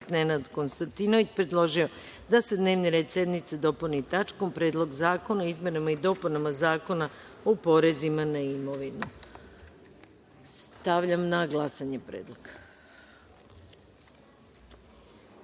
Nenad Konstantinović predložio da se dnevni red sednice dopuni tačkom - Predlog zakona o izmenama i dopunama Zakona o porezima na imovinu. Stavljam na glasanje